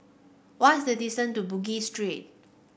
what is the distance to Bugis Street